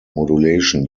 modulation